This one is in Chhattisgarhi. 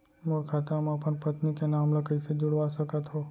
मोर खाता म अपन पत्नी के नाम ल कैसे जुड़वा सकत हो?